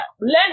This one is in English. learn